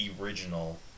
original